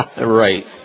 Right